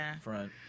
front